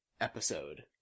episode